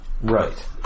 Right